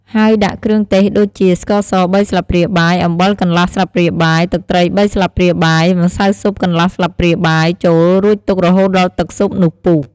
ហើយដាក់គ្រឿងទេសដូចជា ស្ករស ៣ស្លាបព្រាបាយ អំបិលកន្លះស្លាបព្រាបាយ ទឹកត្រី៣ស្លាបព្រាបាយ ម្សៅស៊ុបកន្លះស្លាបព្រាបាយចូល រួចទុករហូតដល់ទឹកស៊ុបនោះពុះ។